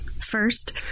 first